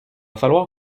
falloir